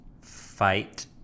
fight